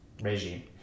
regime